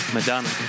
Madonna